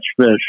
fish